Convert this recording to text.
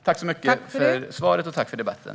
Tack så mycket för svaret och tack för debatten!